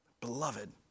Beloved